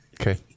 Okay